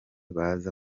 baza